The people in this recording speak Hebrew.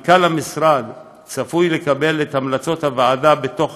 צפוי כי מנכ"ל המשרד יקבל את המלצות הוועדה בתוך